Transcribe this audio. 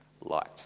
light